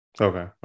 Okay